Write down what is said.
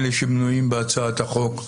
אלה שמנויים בהצעת החוק,